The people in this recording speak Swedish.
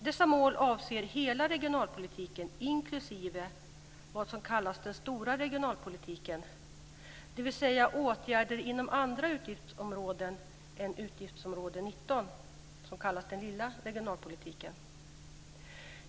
Dessa mål avser hela regionalpolitiken, inklusive vad som kallas för den stora regionalpolitiken, dvs. åtgärder inom andra utgiftsområden än utgiftsområde 19 som kallas för den lilla regionalpolitiken.